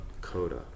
Coda